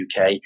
uk